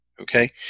Okay